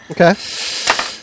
Okay